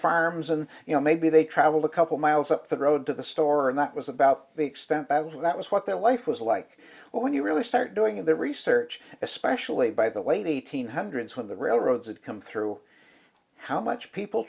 farms and you know maybe they traveled a couple miles up the road to the store and that was about the extent that that was what their life was like but when you really start doing the research especially by the late eighteenth hundreds when the railroads had come through how much people